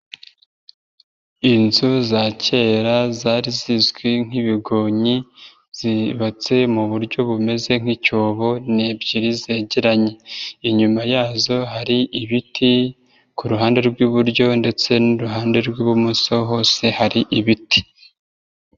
Inzu za kera zari zizwi nk'ibigonyi zubatse mu buryo bumeze nk'icyobo ni ebyiri zegeranye, inyuma yazo hari ibiti ku ruhande rw'iburyo ndetse n'uruhande rw'ibumoso hose hari ibiti.